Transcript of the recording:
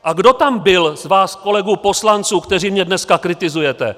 A kdo tam byl z vás kolegů poslanců, kteří mě dneska kritizujete?